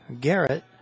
Garrett